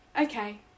okay